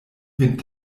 vin